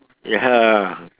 ya